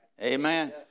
Amen